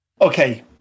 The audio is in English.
okay